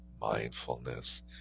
mindfulness